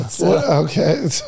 Okay